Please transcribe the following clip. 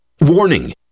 Warning